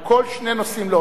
על כל שני נושאים.